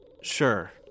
Sure